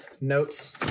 notes